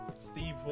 steve